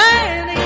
Man